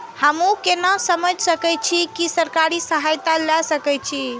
हमू केना समझ सके छी की सरकारी सहायता ले सके छी?